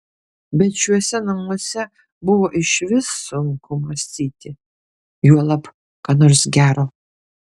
bet šiuose namuose buvo išvis sunku mąstyti juolab ką nors gero